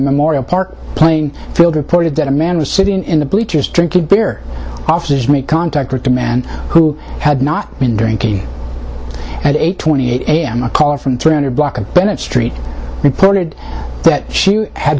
memorial park playing field reported that a man was sitting in the bleachers drinking beer offices make contact with the man who had not been drinking at eight twenty a m a call from three hundred block of bennett street reported that she ha